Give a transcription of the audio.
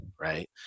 right